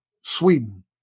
Sweden